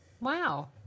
Wow